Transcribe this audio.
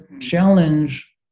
challenge